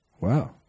Wow